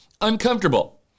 uncomfortable